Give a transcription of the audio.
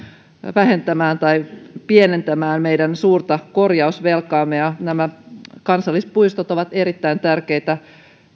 vähentämään tai pienentämään meidän suurta korjausvelkaamme ja nämä kansallispuistot ovat erittäin tärkeitä